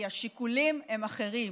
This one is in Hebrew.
כי השיקולים הם אחרים.